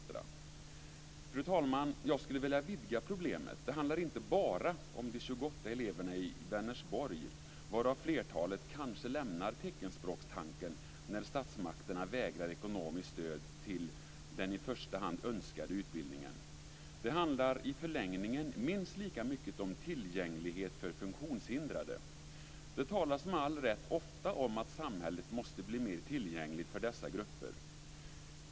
Fru talman! Jag skulle vilja vidga problemet. Det handlar inte bara om de 28 eleverna i Vänersborg, varav flertalet kanske lämnar teckenspråkstanken när statsmakterna vägrar ekonomiskt stöd till den i första hand önskade utbildningen. Det handlar i förlängningen minst lika mycket om tillgänglighet för funktionshindrade. Det talas med all rätt ofta om att samhället måste bli mer tillgängligt för dessa grupper.